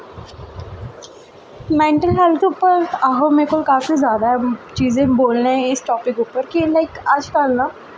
mental health उप्पर आहो मेरे कोल काफी जादा चीजां बोलना इस टापिक उप्पर लाइक अजकल्ल ना